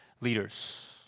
leaders